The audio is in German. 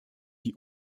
die